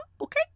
okay